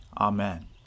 Amen